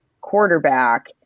quarterback